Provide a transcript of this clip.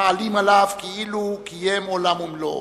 מעלים עליו כאילו קיים עולם ומלואו.